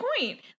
point